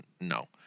no